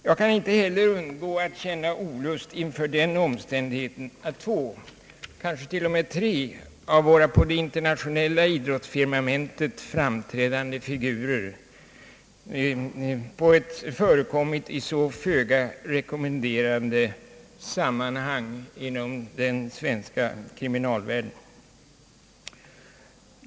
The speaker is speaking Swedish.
Jag kan inte heller undgå att känna olust inför den omständigheten att två, kanske tre av våra på det internationella idrottsfirmamentet framträdande figurer har förekommit i så föga rekommenderande sammanhang inom den svenska kriminalvärlden.